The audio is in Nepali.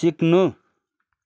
सिक्नु